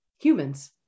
humans